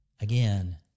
again